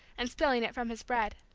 and spilling it from his bread.